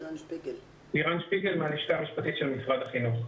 אני מן הלשכה המשפטית של משרד החינוך.